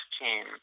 team